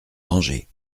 danger